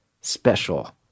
special